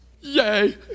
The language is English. Yay